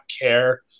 care